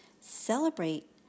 celebrate